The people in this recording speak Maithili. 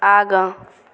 आगाँ